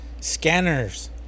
Scanners